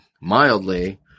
mildly